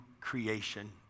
creation